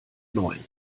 neuen